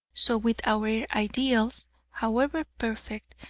so with our ideals however perfect,